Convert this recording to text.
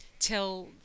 tell